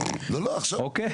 אוקיי.